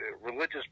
religious